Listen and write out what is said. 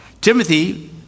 Timothy